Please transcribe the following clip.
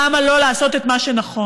למה לא לעשות את מה שנכון?